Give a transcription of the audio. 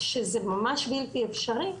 כזה ממש בלתי אפשרי,